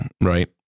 Right